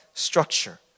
structure